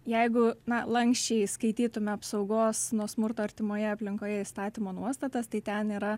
jeigu na lanksčiai skaitytume apsaugos nuo smurto artimoje aplinkoje įstatymo nuostatas tai ten yra